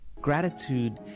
Gratitude